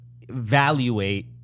evaluate